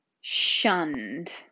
shunned